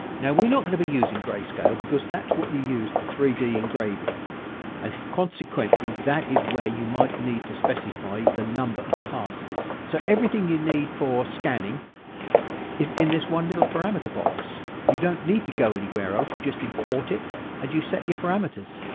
now we're not going to be using grey-scale because that's what you use for three d engraving and consequently that is where you might need to specify the number of passes, so everything you need for scanning is in this one little parameter box. you don't need to go anywhere else you just import it and you set your parameters.